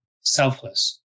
selfless